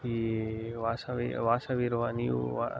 ಈ ವಾಸವಿ ವಾಸವಿರುವ ನೀವು ವ